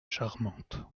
charmante